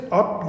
up